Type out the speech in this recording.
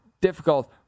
difficult